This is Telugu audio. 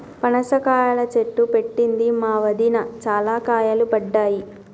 పనస కాయల చెట్టు పెట్టింది మా వదిన, చాల కాయలు పడ్డాయి